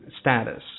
status